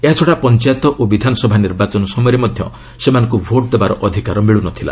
ଏହାଛଡ଼ା ପଞ୍ଚାୟତ ଓ ବିଧାନସଭା ନିର୍ବାଚନ ସମୟରେ ମଧ୍ୟ ସେମାନଙ୍କୁ ଭୋଟ୍ ଦେବାର ଅଧିକାର ମିଳୁନଥିଲା